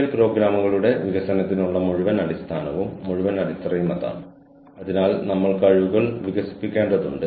NPTEL പ്രോഗ്രാമിലൂടെ ഞാൻ നിങ്ങളെ പഠിപ്പിക്കുന്നു ഈ മാസ്സീവ് ഓപ്പൺ ഓൺലൈൻ കോഴ്സ് വെയറിലൂടെ